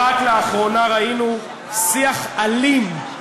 רק לאחרונה ראינו שיח אלים,